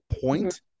point